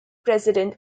president